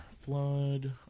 flood